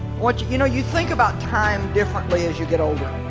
what you know you think about time differently as you get older